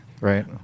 Right